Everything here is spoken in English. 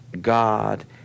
God